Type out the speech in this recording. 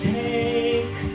take